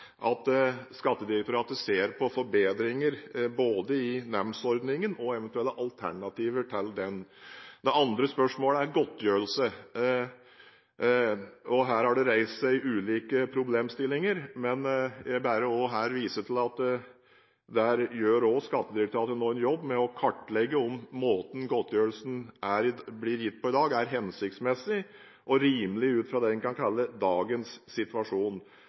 forbedringer i både nemndsordningen og eventuelle alternativer til den. Det andre spørsmålet gjelder godtgjørelse. Her har ulike problemstillinger blitt reist, men jeg viser også her til at Skattedirektoratet nå gjør en jobb med å kartlegge om måten godtgjørelsen blir gitt på i dag, er hensiktsmessig og rimelig ut ifra det man kan kalle dagens situasjon.